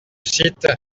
site